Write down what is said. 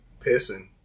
Pissing